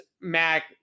mac